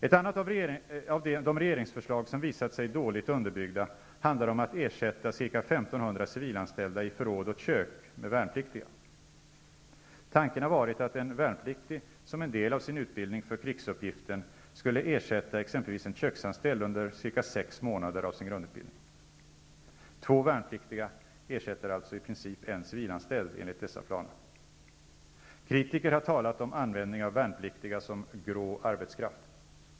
Ett annat av de regeringsförslag som visat sig dåligt underbyggda handlar om att ersätta ca 1 500 Tanken har varit att en värnpliktig som en del av sin utbildning för krigsuppgiften skulle ersätta exempelvis en köksanställd under ca sex månader av sin grundutbildning. Två värnpliktiga ersätter alltså i princip en civilanställd enligt dessa planer. Kritiker har talat om användning av värnpliktiga som ''grå arbetskraft''.